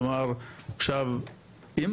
כלומר עכשיו אם